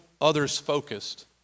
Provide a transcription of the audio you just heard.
others-focused